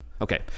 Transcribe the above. Okay